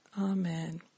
Amen